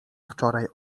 wczoraj